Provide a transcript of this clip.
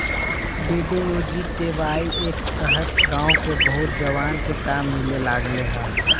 DDUGKY के तहत गाँव के बहुत जवान के काम मिले लगले हई